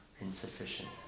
Insufficient